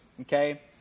okay